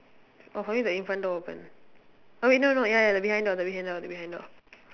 oh for me the in front door open oh wait no no ya the behind door the behind door the behind door